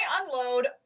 unload